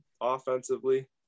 offensively